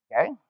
okay